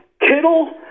Kittle